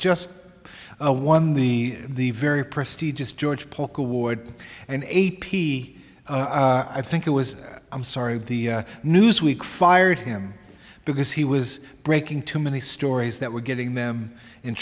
just a one the the very prestigious george polk award an a p i think it was i'm sorry the newsweek fired him because he was breaking too many stories that were getting them in